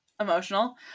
emotional